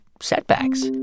setbacks